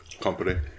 company